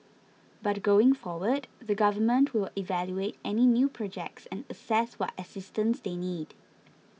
but going forward the Government will evaluate any new projects and assess what assistance they need